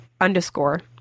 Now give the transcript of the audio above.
underscore